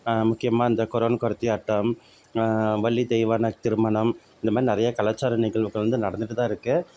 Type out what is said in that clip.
முக்கியமாக இந்த குறவன் குறத்தி ஆட்டம் வள்ளி தெய்வானை திருமணம் இந்தமாரி நிறையா கலாச்சார நிகழ்வுகள் வந்து நடந்துட்டு தான் இருக்குது